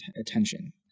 attention